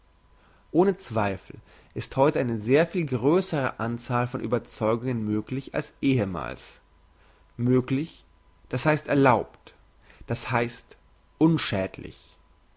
ohne zweifel ist heute eine sehr viel grössere anzahl von überzeugungen möglich als ehemals möglich das heisst erlaubt das heisst unschädlich